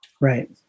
Right